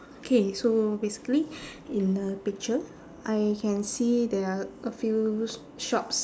okay so basically in the picture I can see there are a few sh~ shops